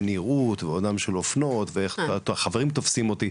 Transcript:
נראות ועולם של אופנות ואיך חברים תופסים אותי,